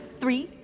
three